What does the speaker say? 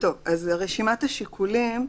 רשימת השיקולים,